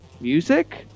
music